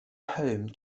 home